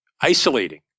isolating